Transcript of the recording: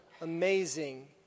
amazing